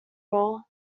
all